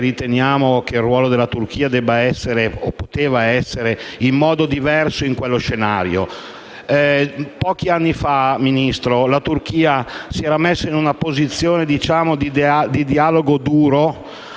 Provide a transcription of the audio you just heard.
riteniamo che il ruolo della Turchia debba essere (o poteva essere) svolto in modo diverso in quello scenario. Pochi anni fa, signor Ministro, la Turchia si era posta in una posizione di dialogo duro